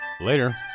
Later